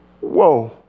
Whoa